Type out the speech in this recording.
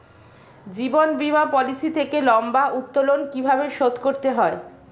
জীবন বীমা পলিসি থেকে লম্বা উত্তোলন কিভাবে শোধ করতে হয়?